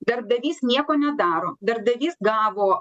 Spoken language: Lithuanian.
darbdavys nieko nedaro darbdavys gavo